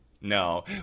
No